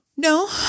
No